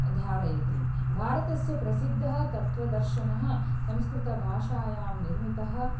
धारयति भारतस्य प्रसिद्धं तत्त्वदर्शनं संस्कृतभाषायां निर्मितम्